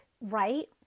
Right